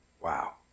Wow